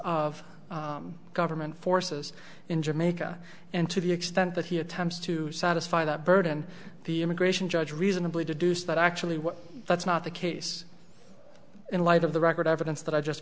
of government forces in jamaica and to the extent that he attempts to satisfy that burden the immigration judge reasonably deduce that actually what that's not the case in light of the record evidence that i just